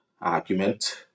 argument